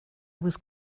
was